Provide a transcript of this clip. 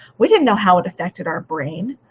we didn't know how it affected our brain.